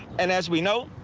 and as we know.